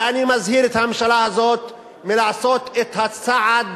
ואני מזהיר את הממשלה הזאת מלעשות את הצעד